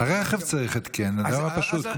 הרכב צריך התקן, זה לגמרי פשוט.